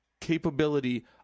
capability